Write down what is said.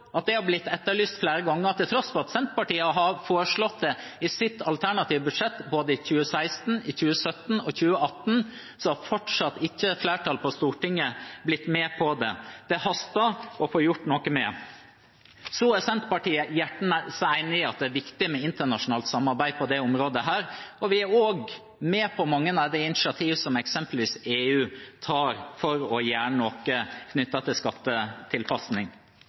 at det er blitt etterlyst flere ganger. Til tross for at Senterpartiet har foreslått det i sitt alternative budsjett, både i 2016, i 2017 og i 2018, har fortsatt ikke flertallet på Stortinget blitt med på det. Det haster å få gjort noe med det. Så er Senterpartiet hjertens enig i at det er viktig med internasjonalt samarbeid på dette området, og vi er også med på mange av de initiativ som eksempelvis EU tar for å gjøre noe knyttet til skattetilpasning.